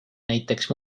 näiteks